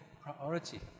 priority